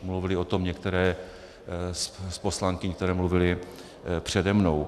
Mluvily o tom některé z poslankyň, které mluvily přede mnou.